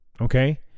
okay